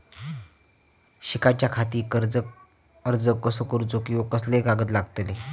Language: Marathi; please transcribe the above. शिकाच्याखाती कर्ज अर्ज कसो करुचो कीवा कसले कागद लागतले?